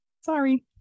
Sorry